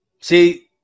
See